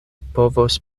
povos